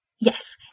yes